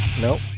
Nope